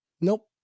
Nope